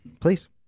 Please